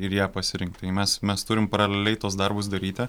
ir ją pasirinkti tai mes mes turime paraleliai tuos darbus daryti